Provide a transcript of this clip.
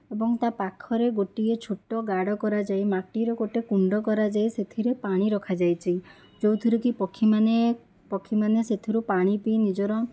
ଏବଂ ତା ପାଖରେ ଗୋଟିଏ ଛୋଟ ଗାଡ଼ କରାଯାଇ ମାଟିର ଗୋଟେ କୁଣ୍ଡ କରାଯାଇ ସେଥିରେ ପାଣି ରଖାଯାଇଛି ଯେଉଁଥିରେକି ପକ୍ଷୀମାନେ ପକ୍ଷୀମାନେ ସେଥିରୁ ପାଣି ପିଇ ନିଜର